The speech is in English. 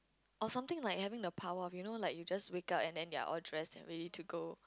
or something like having the power you know like you just wake up and you're all dressed and ready to go